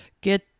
get